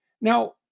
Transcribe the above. now